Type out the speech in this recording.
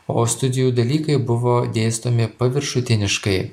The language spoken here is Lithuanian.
o studijų dalykai buvo dėstomi paviršutiniškai